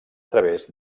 través